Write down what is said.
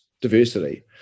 diversity